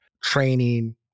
training